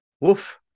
woof